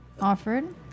offered